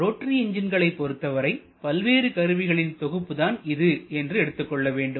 rotary என்ஜின்களை பொருத்தவரை பல்வேறு கருவிகளின் தொகுப்புதான் இது என்று எடுத்துக் கொள்ள வேண்டும்